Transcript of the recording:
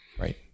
Right